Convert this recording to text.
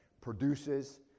produces